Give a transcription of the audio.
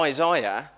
Isaiah